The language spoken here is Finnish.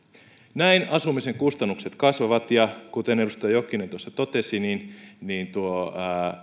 näin asumisen kustannukset kasvavat kuten edustaja jokinen tuossa totesi tuo